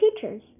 teachers